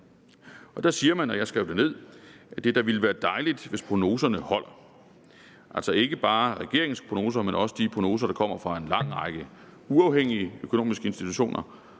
og der siger man – og jeg skrev det ned – at det da ville være dejligt, hvis prognoserne holder, altså ikke bare regeringens prognoser, men også de prognoser, der kommer fra en lang række uafhængige økonomiske institutioner,